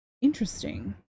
Interesting